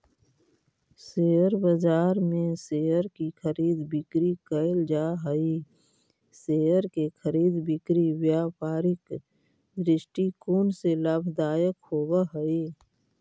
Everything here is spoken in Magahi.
शेयर बाजार में शेयर की खरीद बिक्री कैल जा हइ शेयर के खरीद बिक्री व्यापारिक दृष्टिकोण से लाभदायक होवऽ हइ